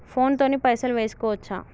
Phone తోని పైసలు వేసుకోవచ్చా?